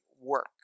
work